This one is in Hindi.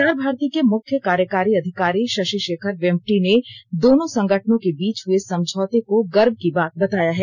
प्रसार भारती के मुख्य कार्यकारी अधिकारी शशिशेखर वेम्पटि ने दोनों संगठनों के बीच हुए समझौते को गर्व की बात बताया है